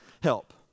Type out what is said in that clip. help